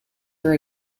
her